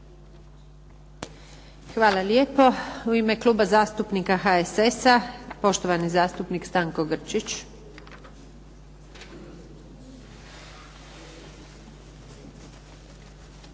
Hvala lijepa. U ime kluba zastupnika HSS-a poštovani zastupnik Stanko Grčić.